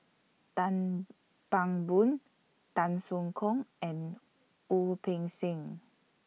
Dang Bang Boon Tan Soo Khoon and Wu Peng Seng